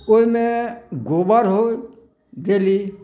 ओहिमे गोबर होइ देली